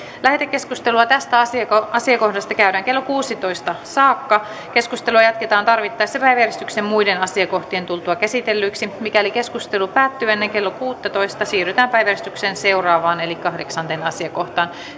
lähetekeskustelua tästä asiakohdasta käydään kello kuusitoista saakka keskustelua jatketaan tarvittaessa päiväjärjestyksen muiden asiakohtien tultua käsitellyiksi mikäli keskustelu päättyy ennen kello kuusitoista siirrytään päiväjärjestyksen seuraavaan eli kahdeksanteen asiakohtaan